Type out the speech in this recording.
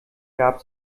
gab